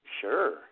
Sure